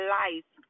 life